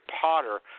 Potter